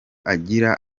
agira